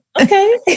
Okay